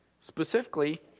Specifically